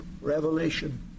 revelation